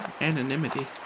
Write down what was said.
anonymity